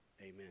Amen